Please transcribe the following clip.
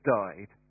died